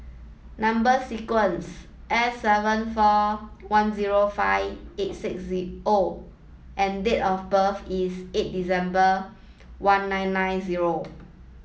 number sequence S seven four one zero five eight six O and date of birth is eight December one nine nine zero